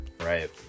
right